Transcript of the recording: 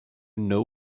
know